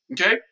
Okay